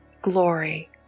Glory